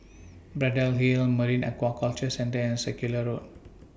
Braddell Hill Marine Aquaculture Centre and Circular Road